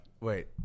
Wait